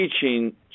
teaching